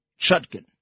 Chutkin